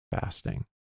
fasting